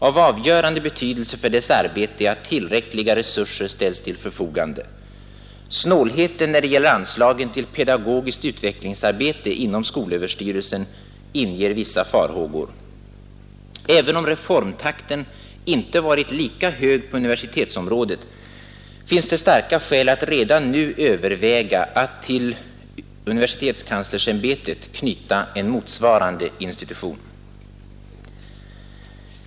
Av avgörande betydelse för dess arbete är att tillräckliga resurser ställs till förfogande. Snålheten när det gäller anslagen till pedagogiskt utvecklingsarbete inom skolöverstyrelsen inger vissa farhågor. Även om reformtakten inte varit lika hög på universitetsområdet, finns det starka skäl att redan nu överväga att till universitetskanslersämbetet knyta en motsvarande institution.